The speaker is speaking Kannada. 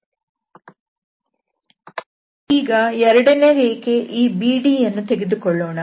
ಈಗ ಎರಡನೇ ರೇಖೆ ಈ BDಯನ್ನು ತೆಗೆದು ಕೊಳ್ಳೋಣ